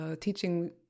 teaching